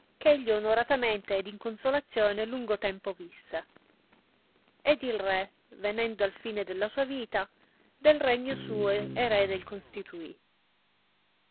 eh egli onoratamente ed in consolazione lungo tempo visse ed il re venendo al fine della sua vita del regno suo erede il